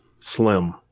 Slim